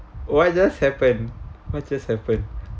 what just happen what just happened